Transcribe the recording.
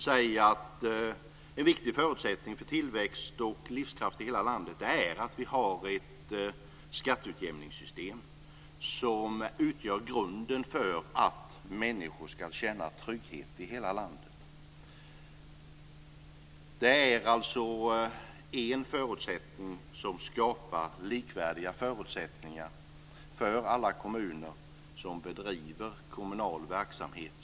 En viktig förutsättning för tillväxt och livskraft i hela landet är att vi har ett skatteutjämningssystem som utgör grunden för att människor ska känna trygghet i hela landet. Det är alltså en förutsättning som skapar likvärdiga möjligheter för alla kommuner som bedriver kommunal verksamhet.